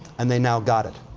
and they now got it.